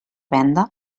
venda